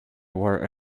wear